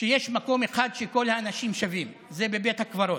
שיש מקום אחד שבו כל האנשים שווים, בבית הקברות,